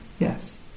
Yes